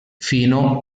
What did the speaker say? fino